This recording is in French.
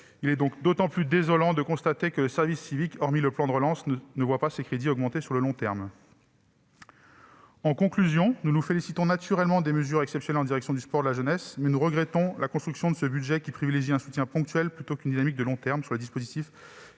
Il est donc d'autant plus désolant de constater que le service civique- hormis dans le plan de relance -ne voit pas ses crédits augmenter sur le long terme. Nous nous félicitons naturellement des mesures exceptionnelles en direction du sport et de la jeunesse, mais nous regrettons la construction de ce budget, qui privilégie un soutien ponctuel plutôt qu'une dynamique de long terme sur les dispositifs